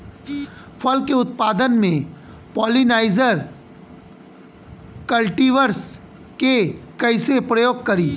फल के उत्पादन मे पॉलिनाइजर कल्टीवर्स के कइसे प्रयोग करी?